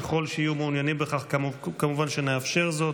ככל שיהיו מעוניינים בכך, כמובן שנאפשר זאת.